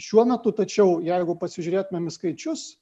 šiuo metu tačiau jeigu pasižiūrėtumėm į skaičius